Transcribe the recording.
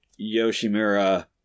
Yoshimura